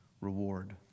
reward